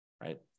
right